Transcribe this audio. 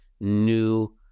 new